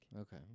Okay